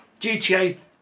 GTA